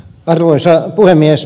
arvoisa puhemies